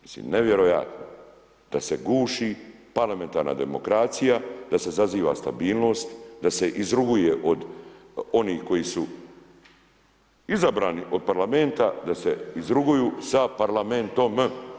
Mislim, nevjerojatno da se guši parlamentarna demokracija, da se zaziva stabilnost, da se izruguje od onih koji su izabrani od parlamenta da se izruguju sa parlamentom.